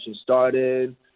started